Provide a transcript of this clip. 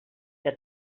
que